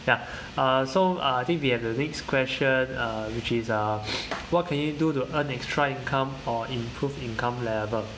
ya uh so uh I think we have the next question uh which is uh what can you do to earn extra income or improve income level